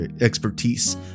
expertise